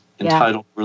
entitled